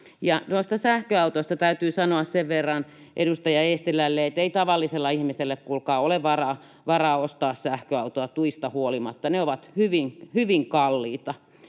Sähköautoista täytyy sanoa sen verran edustaja Eestilälle, että ei tavallisella ihmisellä, kuulkaa, ole varaa ostaa sähköautoa tuista huolimatta. Ne ovat hyvin kalliita,